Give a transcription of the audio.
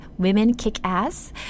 WomenKickAss